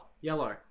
Yellow